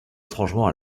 étrangement